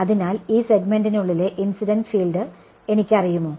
അതിനാൽ ഈ സെഗ്മെന്റിനുള്ളിലെ ഇൻസിഡന്റ് ഫീൽഡ് എനിക്കറിയുമോ